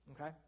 okay